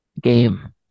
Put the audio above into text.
game